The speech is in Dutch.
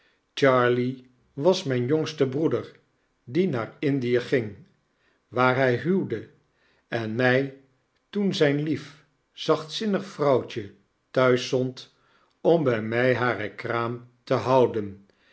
charley was myn jongste broeder die naar indie ging waar hij huwde en mjj toen zjjn lief zachtzinnig vrouwtje thuis zond om bij m iiare kraam te houden